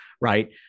Right